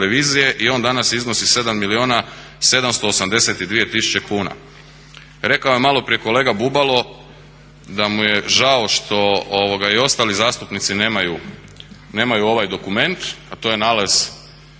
i on danas iznosi 7 milijuna 782 tisuće kuna. Rekao je malo prije kolega Bubalo da mu je žao što i ostali zastupnici nemaju ovaj dokument a to je nalaz